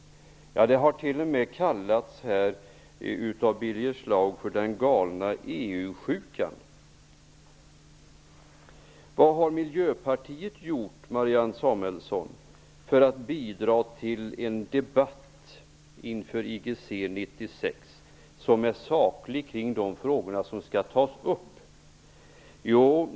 Det har av Birger Schlaug t.o.m. kallats för den galna EU-sjukan. Vad har miljöpartiet gjort för att inför IGC 96 bidra till en debatt som är saklig när det gäller de frågor som skall tas upp?